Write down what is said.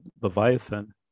leviathan